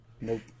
Nope